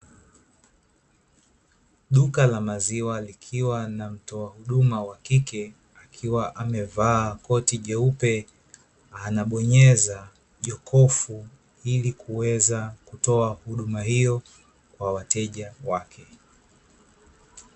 Duka la maziwa likiwa na mtoa huduma wakike akiwa amevaa koti jeupe, anabonyeza jokofu ili kuweza kutoa huduma hiyo kwa wateja wake.